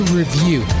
review